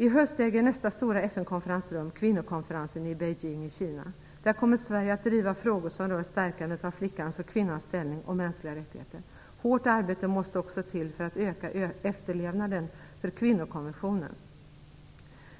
I höst äger nästa stora FN-konferens rum, kvinnokonferensen i Beijing i Kina. Där kommer Sverige att driva frågor som rör stärkandet av flickans och kvinnans ställning och mänskliga rättigheter. Hårt arbete måste också till för öka efterlevnaden av kvinnokonventionen.